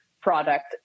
product